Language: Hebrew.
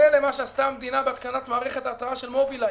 למה שעשתה המדינה בהתקנת מערכת ההתרעה של מוביליי,